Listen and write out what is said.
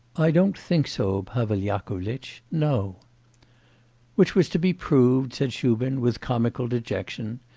i don't think so, pavel yakovlitch no which was to be proved said shubin with comical dejection.